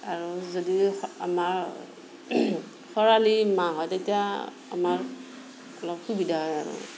আৰু যদি আমাৰ খৰালি মাহ হয় তেতিয়া আমাৰ অলপ সুবিধা হয় আৰু